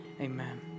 Amen